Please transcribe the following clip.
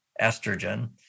estrogen